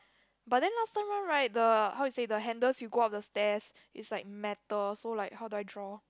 but then last time one right the how you say the handles you go up the stairs it's like metal so like how do I draw